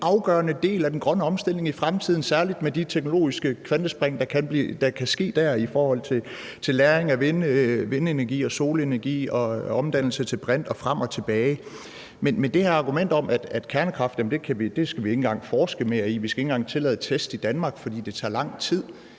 afgørende del af den grønne omstilling i fremtiden, særlig med de teknologiske kvantespring, der sker i forhold til lagring af vindenergi og solenergi og omdannelse til brint og frem og tilbage. Men til det her argument om, at kernekraft skal vi ikke engang forske mere i, og at vi ikke engang skal tillade test i Danmark, fordi det tager lang tid,